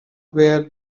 bear